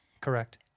correct